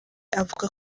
avuga